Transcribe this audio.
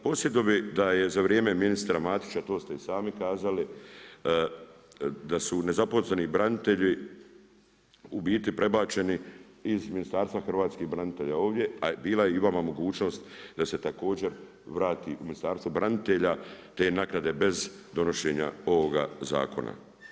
Podsjetio bi da je za vrijeme ministra Matića to ste i sami kazali da su nezaposleni branitelji u biti prebačeni iz Ministarstva hrvatskih branitelja ovdje, a bila je vama mogućnost da se također vrati u Ministarstvo branitelja te naknade bez donošenja ovoga zakona.